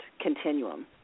continuum